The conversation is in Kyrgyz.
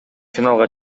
финалга